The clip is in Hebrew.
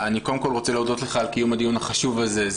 אני קודם כל רוצה להודות לך על קיום הדיון החשוב הזה.